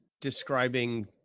describing